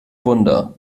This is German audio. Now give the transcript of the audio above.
wunder